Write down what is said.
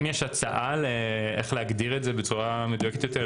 אם יש הצעה איך להגדיר את זה בצורה מדויקת יותר,